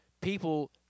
people